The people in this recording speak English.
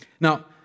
Now